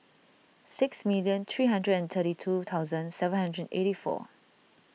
sixty million three hundred and thirty two thousand seven hundred and eighty four